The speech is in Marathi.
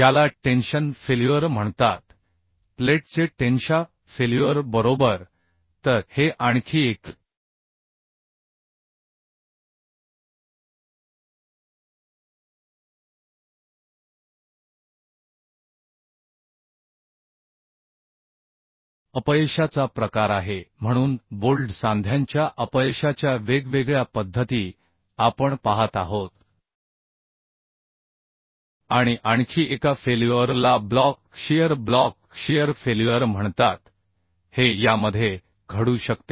याला टेन्शन फेल्युअर म्हणतात प्लेटचे टेन्शा फेल्युअर बरोबर तर हे आणखी एक अपयशाचा प्रकार आहे म्हणून बोल्ट सांध्यांच्या अपयशाच्या वेगवेगळ्या पद्धती आपण पाहत आहोत आणि आणखी एका फेल्यूअर ला ब्लॉक शीअर फेल्युअर म्हणतात हे यामध्ये घडू शकते